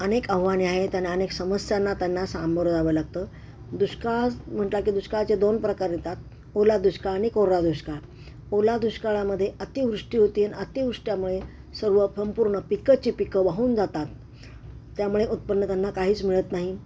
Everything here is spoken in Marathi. अनेक आव्हाने आहेत त्यांना अनेक समस्यांना त्यांना सामोरं जावं लागतं दुष्काळ म्हटला की दुष्काळाचे दोन प्रकार येतात ओला दुष्काळ आणि कोरडा दुष्काळ ओला दुष्काळामध्ये अतिवृष्टी होती आणि अतिवृष्टीमुळे सर्व संपूर्ण पिकंचे पिकं वाहून जातात त्यामुळे उत्पन्न त्यांना काहीच मिळत नाही